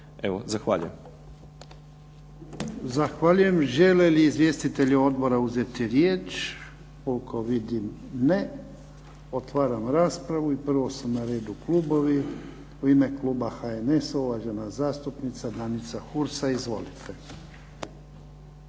Zahvaljujem. Žele li izvjestitelji odbora uzeti riječ? Koliko vidim ne. Otvaram raspravu. I prvu su na redu klubovi. U ime kluba HNS-a uvažena zastupnica Danica Hursa. Izvolite.